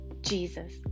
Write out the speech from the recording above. Jesus